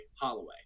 Holloway